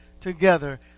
together